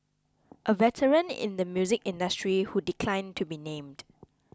a veteran in the music industry who declined to be named